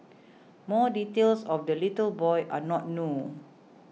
more details of the little boy are not known